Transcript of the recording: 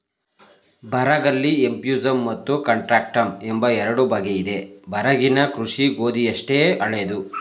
ಬರಗಲ್ಲಿ ಎಫ್ಯೂಸಮ್ ಮತ್ತು ಕಾಂಟ್ರಾಕ್ಟಮ್ ಎಂಬ ಎರಡು ಬಗೆಯಿದೆ ಬರಗಿನ ಕೃಷಿ ಗೋಧಿಯಷ್ಟೇ ಹಳೇದು